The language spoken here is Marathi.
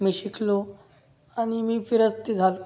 मी शिकलो आणि मी फिरस्ती झालो